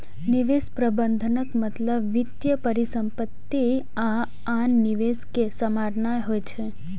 निवेश प्रबंधनक मतलब वित्तीय परिसंपत्ति आ आन निवेश कें सम्हारनाय होइ छै